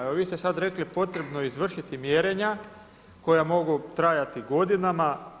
Evo vi ste sad rekli, potrebno je izvršiti mjerenja koja mogu trajati godinama.